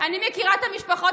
אני מכירה את המשפחות,